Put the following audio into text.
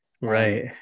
right